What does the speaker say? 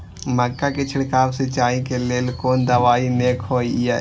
मक्का के छिड़काव सिंचाई के लेल कोन दवाई नीक होय इय?